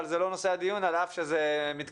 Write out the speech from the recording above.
אבל זה לא נושא הדיון על אף שזה מתכתב.